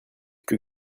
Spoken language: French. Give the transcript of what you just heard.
que